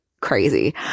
crazy